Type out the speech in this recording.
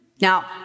Now